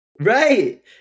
Right